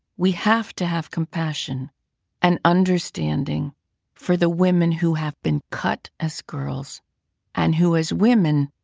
we have to have compassion and understanding for the women who have been cut as girls and, who as women,